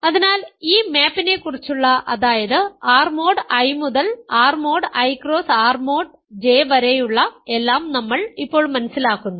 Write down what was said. അതിനാൽ ഈ മാപിനെക്കുറിച്ചുള്ള അതായത് R മോഡ് I മുതൽ R mod I cross R mod J വരെയുള്ള എല്ലാം നമ്മൾ ഇപ്പോൾ മനസിലാക്കുന്നു